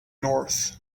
north